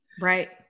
Right